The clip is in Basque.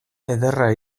ederra